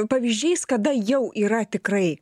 pavyzdžiais kada jau yra tikrai